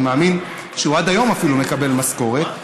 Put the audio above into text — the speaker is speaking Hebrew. אני מאמין שהוא עד היום אפילו מקבל משכורת.